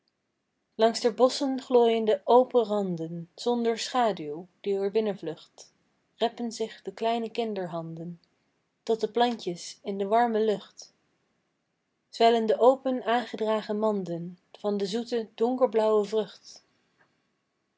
langs der bosschen glooiende open randen zonder schaduw die er binnenvlucht reppen zich de kleine kinderhanden tot de plantjes in de warme lucht zwellen de open aangedragen manden van de zoete donkerblauwe vrucht